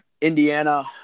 Indiana